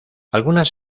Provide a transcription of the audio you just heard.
algunas